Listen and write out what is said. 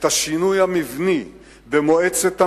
את השינוי המבני במועצת המינהל,